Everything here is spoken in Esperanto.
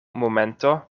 momento